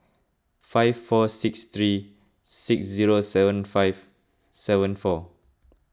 five four six three six zero seven five seven four